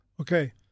Okay